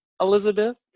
elizabeth